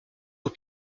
aux